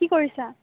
কি কৰিছা